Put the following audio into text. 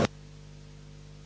Hvala.